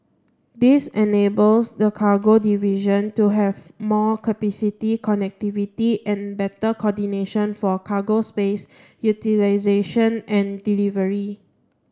this enables the cargo division to have more capacity connectivity and better coordination for cargo space utilisation and delivery